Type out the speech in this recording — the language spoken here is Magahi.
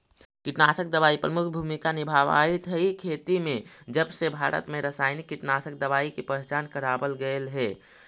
कीटनाशक दवाई प्रमुख भूमिका निभावाईत हई खेती में जबसे भारत में रसायनिक कीटनाशक दवाई के पहचान करावल गयल हे